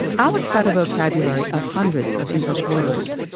alex had a vocabulary of hundreds of english words,